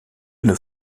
une